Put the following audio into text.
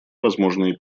возможные